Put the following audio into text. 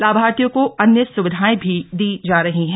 लाभार्थियों को अन्य सूविधाएं भी दी जा रही हैं